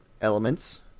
elements